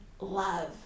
love